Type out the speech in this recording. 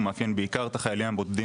שהוא מאפיין בעיקר את החיילים הבודדים